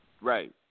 right